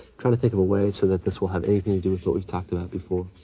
trying to think of a way so that this will have anything to do with what we've talked about before.